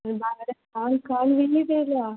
आनी बांगडे खावन खावन विट येयल्या